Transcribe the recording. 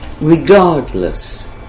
regardless